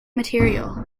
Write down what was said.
material